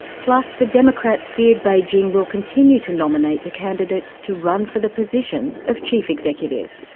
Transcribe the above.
plus the democrats feared beijing will continue to nominate the candidates to run for the position of chief executive.